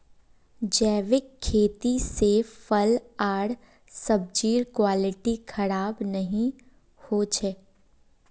जैविक खेती से फल आर सब्जिर क्वालिटी खराब नहीं हो छे